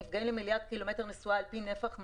לכמות הנפגעים למיליארד ק"מ נסועה על פי נפח מנוע.